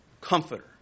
comforter